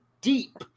deep